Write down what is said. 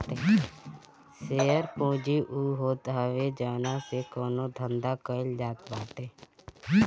share पूंजी उ होत हवे जवना से कवनो धंधा कईल जात बाटे